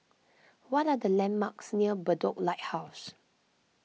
what are the landmarks near Bedok Lighthouse